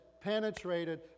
penetrated